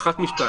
אחת משתיים,